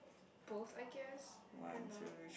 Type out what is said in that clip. both I guess I don't know